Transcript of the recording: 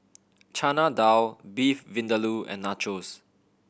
Chana Dal Beef Vindaloo and Nachos